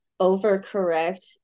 overcorrect